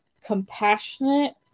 compassionate